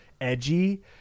edgy